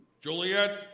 juliet,